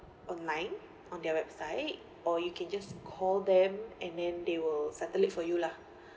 online on their website or you can just call them and then they will settle it for you lah